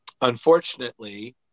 Unfortunately